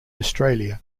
australia